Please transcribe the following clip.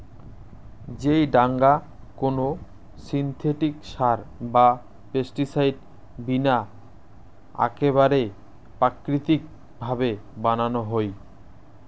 যেই ডাঙা কোনো সিনথেটিক সার বা পেস্টিসাইড বিনা আকেবারে প্রাকৃতিক ভাবে বানানো হই